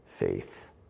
faith